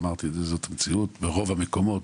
ברוב המקומות,